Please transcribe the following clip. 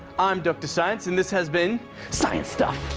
i'm dr science, and this has been science stuff!